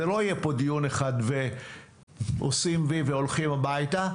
לא יהיה פה דיון אחד ועושים וי והולכים הביתה.